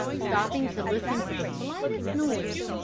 stopping to listen to the slightest noise,